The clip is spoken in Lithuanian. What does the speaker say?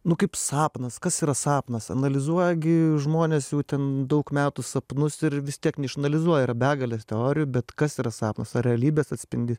nu kaip sapnas kas yra sapnas analizuoja gi žmonės jau ten daug metų sapnus ir vis tiek neišanalizuoja yra begalės teorijų bet kas yra sapnas ar realybės atspindys